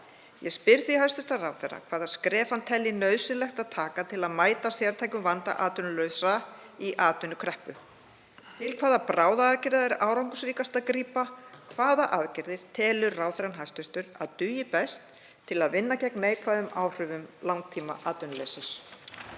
Ég spyr því hæstv. ráðherra hvaða skref hann telji nauðsynlegt að taka til að mæta sértækum vanda atvinnulausra í atvinnukreppu. Til hvaða bráðaaðgerða er árangursríkast að grípa? Hvaða aðgerðir telur hæstv. ráðherra að dugi best til að vinna gegn neikvæðum áhrifum langtímaatvinnuleysis?